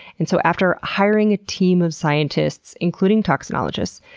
and so after hiring a team of scientists, including toxinologists,